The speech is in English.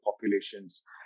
populations